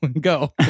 Go